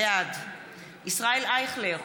בעד ישראל אייכלר,